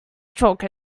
chalk